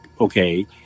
okay